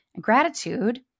Gratitude